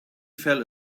fell